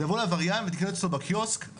תבוא לעבריין ותקנה אצלו בקיוסק,